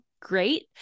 great